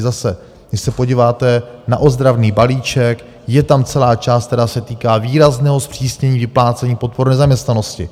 Zase když se podíváte na ozdravný balíček, je tam celá část, která se týká výrazného zpřísnění vyplácení podpor v nezaměstnanosti.